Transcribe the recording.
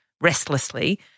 restlessly